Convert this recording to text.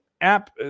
app